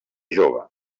jove